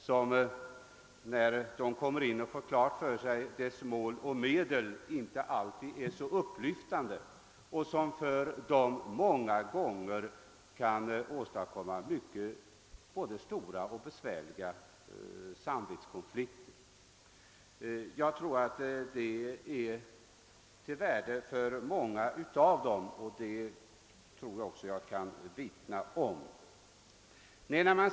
När de värnpliktiga kommer in och får klart för sig utbildningens mål och medel och inte alltid finner det så upplyftande, kan detta för många av dem åstadkomma både stora och besvärliga samvetsoch intressekonflikter. Jag tror att ett del tagande i korum är av värde och uppskattas av många, vilket också är min erfarenhet.